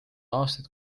aastaid